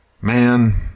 man